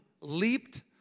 leaped